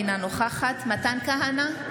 אינה נוכחת מתן כהנא,